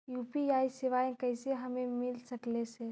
UPI सेवाएं कैसे हमें मिल सकले से?